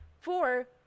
Four